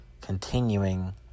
continuing